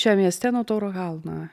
čia mieste nuo tauro kalno